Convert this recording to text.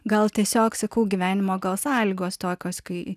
gal tiesiog sakau gyvenimo gal sąlygos tokios kai